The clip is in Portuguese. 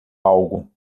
algo